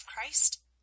Christ